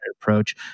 approach